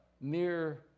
mere